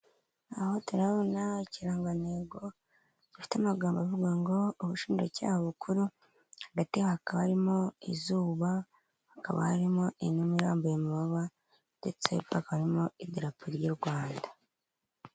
Aha turahabona ikirangantego gifite amagambo avuga ngo "ubushinjacyaha bukuru" hagati hakaba harimo izuba, hakaba harimo inuma irambaye amababa ndetse hakaba harimo idarapo ry'u Rwanda.